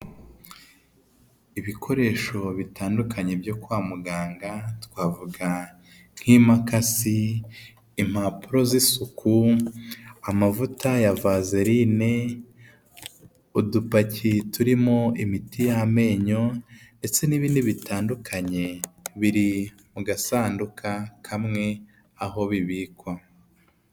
Ibikoresho bitandukanye byo kwa muganga twavuga nk'impakasi, impapuro z'isuku, amavuta ya vazerine, udupaki turimo imiti y'amenyo, ndetse n'ibindi bitandukanye, biri mu gasanduka kamwe aho bibikwa.